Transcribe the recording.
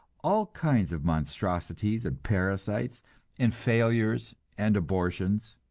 all kinds of monstrosities and parasites and failures and abortions.